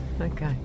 Okay